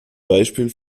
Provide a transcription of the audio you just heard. beispiel